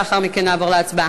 ולאחר מכן נעבור להצבעה.